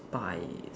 spy